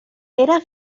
era